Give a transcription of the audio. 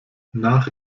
nach